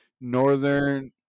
northern